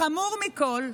החמור מכול,